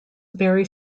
very